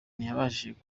ntiyabashije